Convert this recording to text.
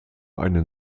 einen